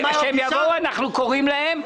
אנחנו קוראים להם.